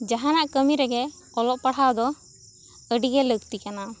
ᱡᱟᱦᱟᱱᱟᱜ ᱠᱟᱹᱢᱤ ᱨᱮᱜᱮ ᱚᱞᱚᱜ ᱯᱟᱲᱦᱟᱣ ᱫᱚ ᱟᱹᱰᱤ ᱜᱤ ᱞᱟᱹᱠᱛᱤ ᱠᱟᱱᱟ